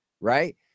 right